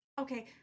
Okay